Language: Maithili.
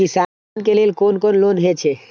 किसान के लेल कोन कोन लोन हे छे?